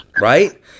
right